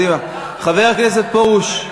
חבר הכנסת פרוש.